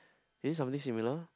is it something similar